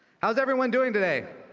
how is everyone doing today?